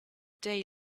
day